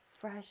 fresh